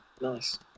nice